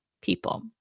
People